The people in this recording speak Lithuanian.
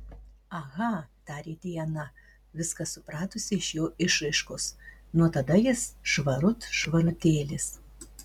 aha tarė diana viską supratusi iš jo išraiškos nuo tada jis švarut švarutėlis